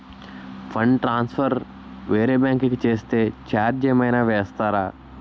Fund transfer వేరే bank కి చేస్తే ఛార్జ్ ఏమైనా వేస్తారా?